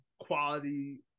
quality